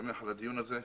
שמח על הדיון הזה.